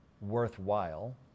worthwhile